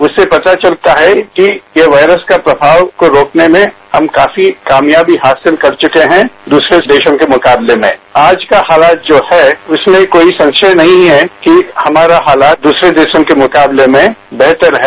उससे पता चलता है कि ये वायरस का प्रमाव को रोकने में हम काफी कामयाबी हासिल कर चुके हैं दूसरे देशों के मुकाबले में श्राज का हालात जो है इसमें कोई संशय नहीं है कि हमारा हालात दूसरे देशों के मुकाबले में बेहतर है